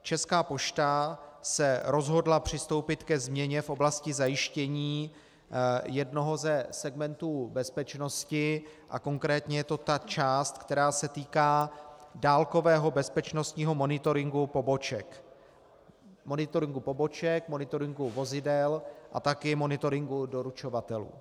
Česká pošta se rozhodla přistoupit ke změně v oblasti zajištění jednoho ze segmentů bezpečnosti, konkrétně je to ta část, která se týká dálkového bezpečnostního monitoringu poboček, monitoringu vozidel a také monitoringu doručovatelů.